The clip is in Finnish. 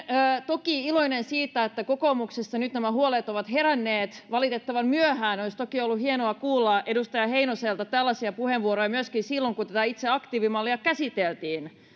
toki iloinen siitä että kokoomuksessa nyt nämä huolet ovat heränneet mutta valitettavan myöhään olisi toki ollut hienoa kuulla edustaja heinoselta tällaisia puheenvuoroja myöskin silloin kun tätä itse aktiivimallia käsiteltiin